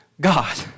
God